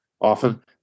Often